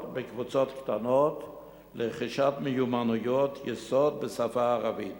בקבוצות קטנות לרכישת מיומנויות יסוד בשפה הערבית.